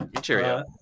Cheerio